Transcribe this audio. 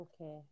Okay